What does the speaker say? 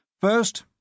First